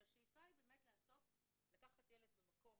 כשהשאיפה היא באמת לקחת ילד ממקום